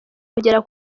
kugera